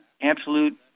absolute